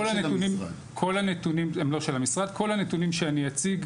כל הנתונים שאני אציג,